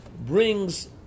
brings